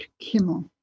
Kimmel